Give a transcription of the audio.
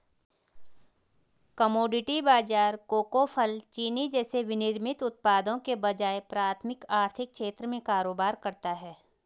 commodity बाजार cocoa, फल, चीनी जैसे विनिर्मित उत्पादों के बजाय प्राथमिक आर्थिक क्षेत्र में कारोबार करता है